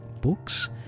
books